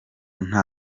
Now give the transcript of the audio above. nta